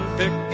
pick